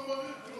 מריר.